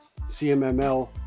cmml